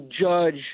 judge